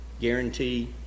guarantee